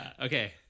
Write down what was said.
Okay